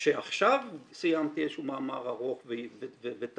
כשעכשיו סיימתי איזשהו מאמר ארוך וטרחני,